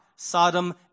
Sodom